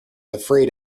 afraid